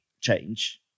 change